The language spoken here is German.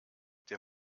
der